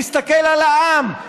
להסתכל על העם,